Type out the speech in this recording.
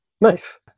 Nice